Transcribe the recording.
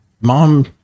mom